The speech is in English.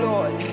Lord